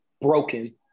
broken